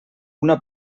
una